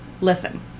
Listen